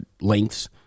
lengths